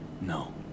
No